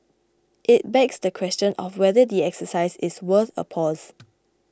it begs the question of whether the exercise is worth a pause